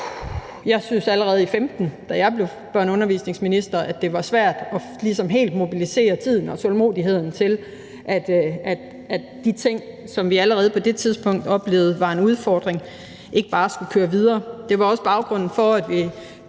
Jeg syntes allerede i 2015, da jeg blev børne- og undervisningsminister, at det var svært ligesom helt at give tiden og mobilisere tålmodigheden til, at de ting, som vi allerede på det tidspunkt oplevede var en udfordring, bare skulle køre videre. Det var baggrunden for, at vi